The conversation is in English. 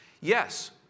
Yes